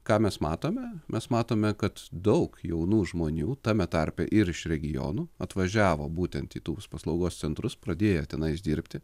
ką mes matome mes matome kad daug jaunų žmonių tame tarpe ir iš regionų atvažiavo būtent į tos paslaugos centrus pradėję tenais dirbti